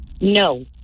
No